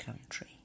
country